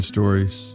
Stories